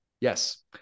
Yes